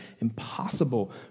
impossible